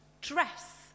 dress